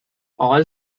all